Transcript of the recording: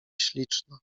śliczna